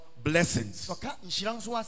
blessings